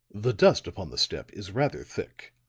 the dust upon the step is rather thick.